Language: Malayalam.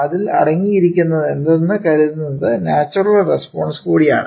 അതിൽ അടങ്ങിയിരിക്കുന്നതെന്ന് കരുതുന്നത് നാച്ചുറൽ റെസ്പോൺസ് കൂടിയാണ്